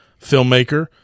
filmmaker